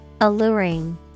Alluring